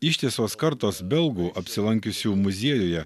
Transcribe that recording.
ištisos kartos belgų apsilankiusių muziejuje